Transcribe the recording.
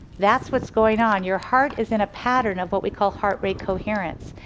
that's what's going on you're heart is in a pattern of what we call heart rate coherence.